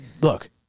look